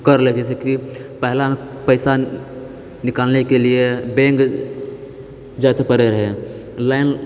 कर ले जैसे कि पहिला पैसा निकालने के लिए बैंक जाए के पड़ै रहै लाइन